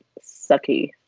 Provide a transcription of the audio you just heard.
sucky